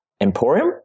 Emporium